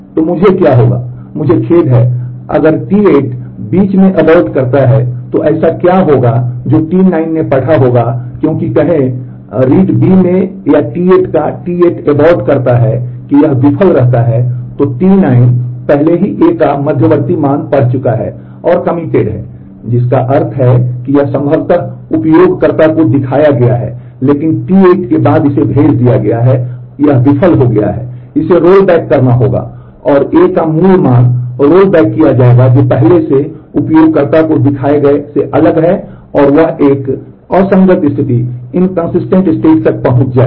तो मुझे क्या होगा मुझे खेद है अगर T8 बीच में अबो्र्ट तक पहुंच जाएगा